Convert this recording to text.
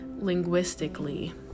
linguistically